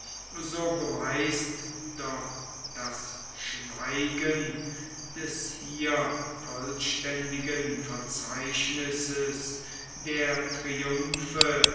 so beweist doch das schweigen des hier vollständigen verzeichnisses der triumphe